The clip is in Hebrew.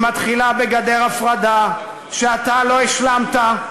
היא מתחילה בגדר הפרדה שאתה לא השלמת,